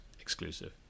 exclusive